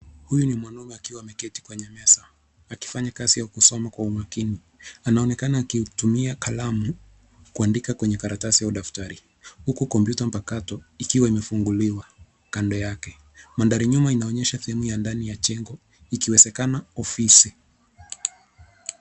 Huyu ni mwanaume akiwa ameketi kwenye meza, akifanyi kazi au kusoma kwa umakini. Anaonekana akitumia kalamu kuandika kwenye karatasi au daftari, huku kompyuta mpakato, ikiwa imefunguliwa kando yake. Mandhari nyuma inaonyesha sehemu ya ndani ya jengo, ikiwezekana ofisi.